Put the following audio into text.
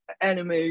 anime